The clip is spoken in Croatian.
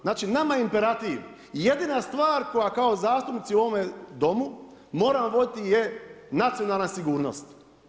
Znači nama je imperativ jedina stvar koja kao zastupnici u ovome Domu moramo voditi je nacionalna sigurnost.